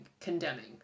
condemning